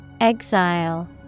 Exile